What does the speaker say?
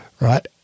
right